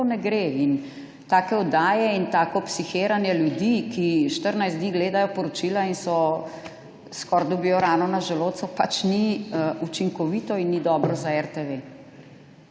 To ne gre in take oddaje in tako psihiranje ljudi, ki 14 dni gledajo poročila in skoraj dobijo rano na želodcu, pač ni učinkovito in ni dobro za RTV.